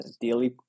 daily